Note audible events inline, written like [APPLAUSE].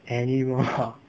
animal ah [LAUGHS]